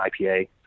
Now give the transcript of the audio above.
IPA